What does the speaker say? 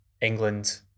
England